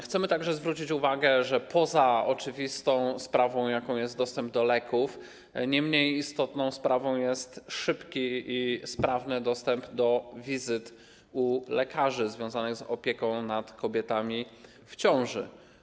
Chcemy także zwrócić uwagę, że poza oczywistą sprawą, jaką jest dostęp do leków, nie mniej istotna jest sprawa szybkiego i sprawnego dostępu do wizyt u lekarzy związanych z opieką nad kobietami w ciąży.